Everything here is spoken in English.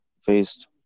faced